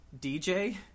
DJ